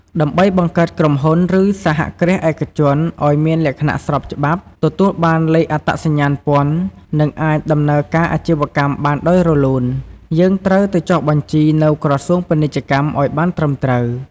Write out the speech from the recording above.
ដើម្បី បង្កើតក្រុមហ៊ុន ឬ សហគ្រាសឯកជនឱ្យមានលក្ខណៈស្របច្បាប់ ទទួលបានលេខអត្តសញ្ញាណពន្ធ និងអាចដំណើរការអាជីវកម្មបានដោយរលូន យើងត្រូវទៅចុះបញ្ជីនៅក្រសួងពាណិជ្ជកម្មអោយបានត្រឹមត្រូវ។